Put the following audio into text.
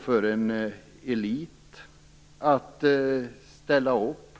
för en elit att ställa upp.